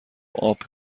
اَپ